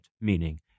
meaning